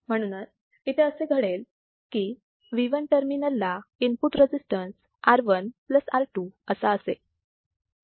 म्हणूनच इथे असे घडेल की Vi टर्मिनल ला इनपुट रजिस्टन्स R1 R2 असा असेल